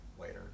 Later